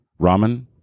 Ramen